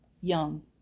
Young